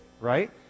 right